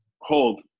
Hold